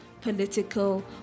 political